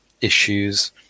issues